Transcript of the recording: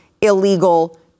illegal